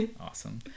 awesome